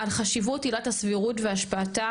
על חשיבות עילת הסבירות והשפעתה,